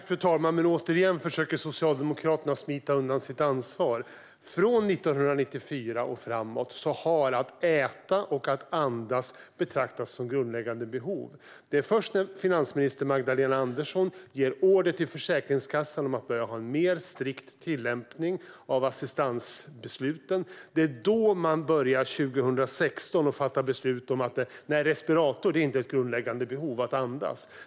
Fru talman! Återigen försöker Socialdemokraterna smita undan sitt ansvar. Från 1994 och framåt har att äta och att andas betraktats som grundläggande behov. Det var först 2016, när finansminister Magdalena Andersson gav order till Försäkringskassan om att börja ha en striktare tillämpning av assistansbesluten, man började fatta beslut om att respirator - det vill säga att andas - inte är ett grundläggande behov.